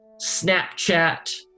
Snapchat